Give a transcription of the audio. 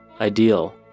Ideal